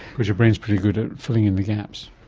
because your brain is pretty good at filling in the gaps.